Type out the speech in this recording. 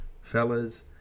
fellas